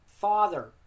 father